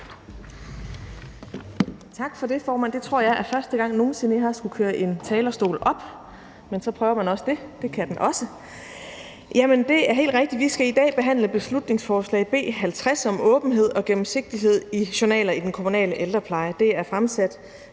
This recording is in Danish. Tak for det, formand. Jeg tror, det er første gang nogen sinde, at jeg skal køre en talerpult op, men så prøver jeg også det – det kan den også. Det er helt rigtigt, at vi i dag skal behandle beslutningsforslag B 50 om åbenhed og gennemsigtighed i journaler i den kommunale ældrepleje. Det er fremsat